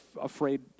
afraid